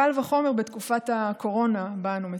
קל וחומר בתקופת הקורונה שבה אנו מצויים.